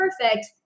perfect